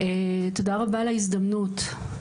תודה רבה על ההזדמנות.